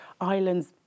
islands